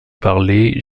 parler